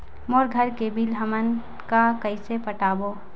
मोर घर के बिल हमन का कइसे पटाबो?